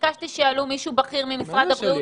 ביקשתי שיעלו מישהו בכיר ממשרד הבריאות.